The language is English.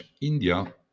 India